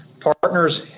Partners